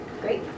great